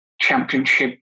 championship